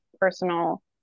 personal